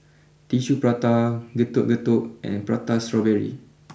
Tissue Prata Getuk Getuk and Prata Strawberry